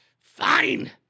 Fine